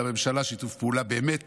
שיתוף פעולה באמת